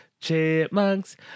Chipmunks